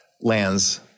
lands